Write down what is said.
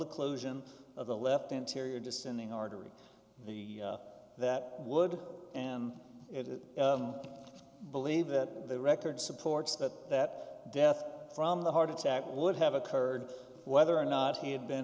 closure of the left anterior descending artery the that would and it is believed that the record supports that that death from the heart attack would have occurred whether or not he had been